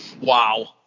Wow